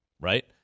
right